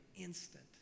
instant